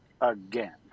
again